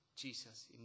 jesus